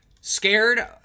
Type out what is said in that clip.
scared